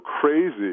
crazy